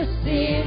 see